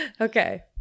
Okay